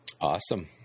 awesome